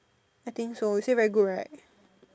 I think so you say very good right